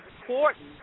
important